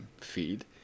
feed